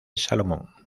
salomón